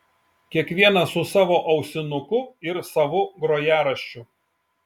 kiekvienas su savu ausinuku ir savu grojaraščiu